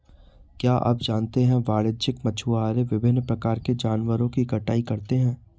क्या आप जानते है वाणिज्यिक मछुआरे विभिन्न प्रकार के जानवरों की कटाई करते हैं?